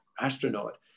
astronaut